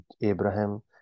Abraham